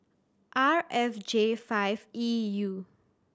R F J five E U